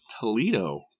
Toledo